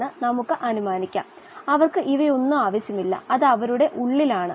അതിനാൽ അവയ്ക്ക് ലഭ്യമാകുന്ന ഓക്സിജൻ അത് മാധ്യമത്തിലെ ജലത്തിൽ ലയിച്ചതാണ്